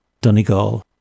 Donegal